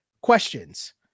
questions